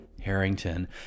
Harrington